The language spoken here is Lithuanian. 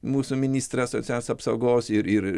mūsų ministras socialinės apsaugos ir ir